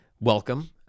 welcome